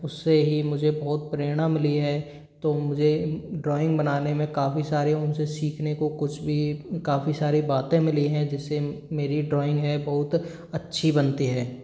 उससे ही मुझे बहुत प्रेरणा मिली है तो मुझे ड्रॉइंग बनाने में काफ़ी सारे उनसे सीखने को कुछ भी काफ़ी सारी बातें मिली हैं जिससे मेरी ड्रॉइंग है बहुत अच्छी बनती है